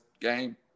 game